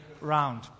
round